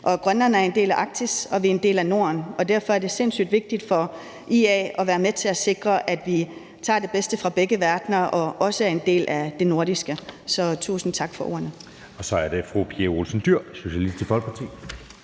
Grønland er en del af Arktis, og vi er en del af Norden, og derfor er det sindssyg vigtigt for IA at være med til at sikre, at vi tager det bedste fra begge verdener og også er en del af det nordiske. Så tusind tak for ordene. Kl. 23:13 Anden næstformand (Jeppe